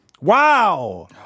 Wow